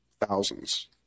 thousands